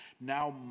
now